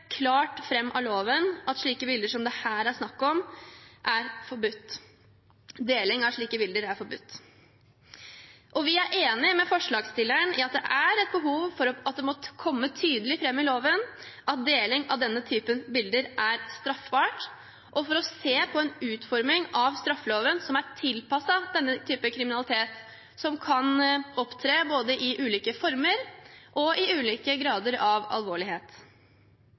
klart fram av loven at deling av slike bilder som det her er snakk om, er forbudt. Vi er enig med forslagsstillerne i at det er et behov for at det må komme tydelig fram i loven at deling av denne typen bilder er straffbart, og at det er behov for å se på en utforming av straffeloven som er tilpasset denne typen kriminalitet, som kan opptre i ulike former og med ulik grad av alvorlighet.